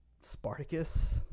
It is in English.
Spartacus